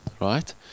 right